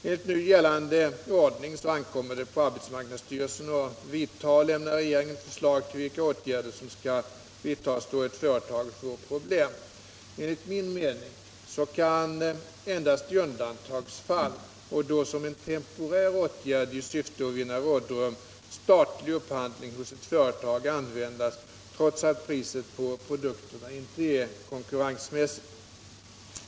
Enligt nu gällande ordning ankommer det på arbetsmarknadsstyrelsen att vidta eller lämna regeringen förslag till vilka åtgärder som skall vidtas då ett företag får problem. Enligt min uppfattning kan endast i undantagsfall, och då som en temporär åtgärd i syfte att vinna rådrum, statlig upphandling hos ett företag användas trots att priset på produkterna inte är konkurrenskraftigt.